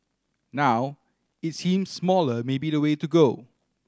now it seems smaller may be the way to go